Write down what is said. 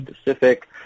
specific